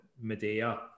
Medea